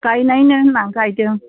गायनायनो होननानै गायदों